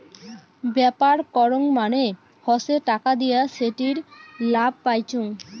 ব্যাপার করং মানে হসে টাকা দিয়া সেটির লাভ পাইচুঙ